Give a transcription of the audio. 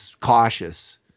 cautious